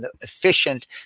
efficient